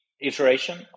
iteration